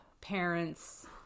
parents